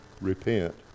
Repent